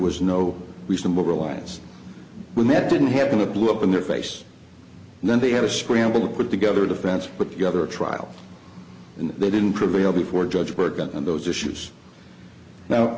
was no reasonable reliance when that didn't happen to blow up in their face and then they had to scramble to put together a defense put together a trial and they didn't prevail before a judge would get on those issues now